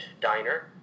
diner